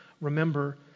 remember